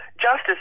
justice